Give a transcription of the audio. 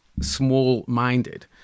small-minded